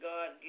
God